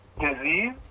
disease